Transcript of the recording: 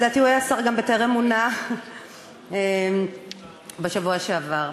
לדעתי הוא היה שר גם בטרם מונה בשבוע שעבר.